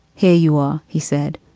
here you are, he said,